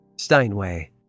Steinway